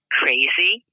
crazy